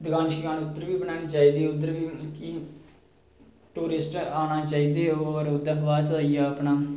दुकान उद्धर बी बनाना चाहिदी की टुरिस्ट आना चाहिदे होर ओह्दे कशा बाद च आई गेआ